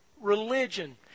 religion